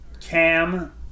Cam